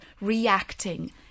reacting